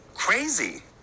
crazy